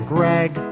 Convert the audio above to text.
Greg